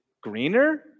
greener